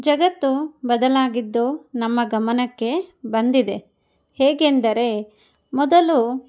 ಜಗತ್ತು ಬದಲಾಗಿದ್ದು ನಮ್ಮ ಗಮನಕ್ಕೆ ಬಂದಿದೆ ಹೇಗೆಂದರೆ ಮೊದಲು